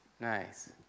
Nice